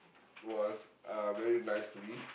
was uh very nice to me